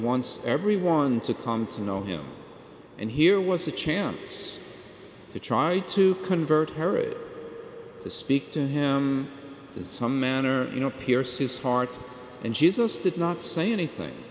wants everyone to come to know him and here was a chance to try to convert her to speak to him in some manner you know pierce his heart and jesus did not say anything